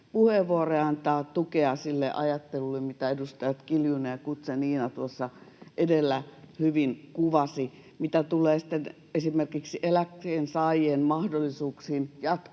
puheenvuoron ja antaa tukea sille ajattelulle, mitä edustajat Kiljunen ja Guzenina edellä hyvin kuvasivat. Mitä tulee sitten esimerkiksi eläkkeensaajien mahdollisuuksiin jatkaa